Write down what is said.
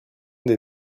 des